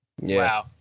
Wow